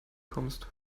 kommst